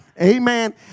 Amen